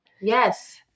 Yes